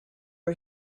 was